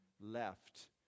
left